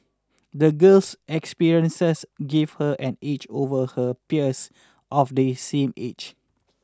the girl's experiences gave her an edge over her peers of the same age